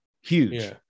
Huge